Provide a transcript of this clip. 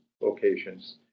locations